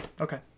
okay